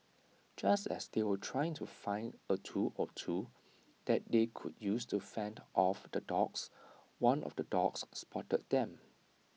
just as they were trying to find A tool or two that they could use to fend off the dogs one of the dogs spotted them